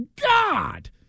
God